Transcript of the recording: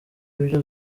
ibyo